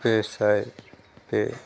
ᱯᱮ ᱥᱟᱭ ᱯᱮ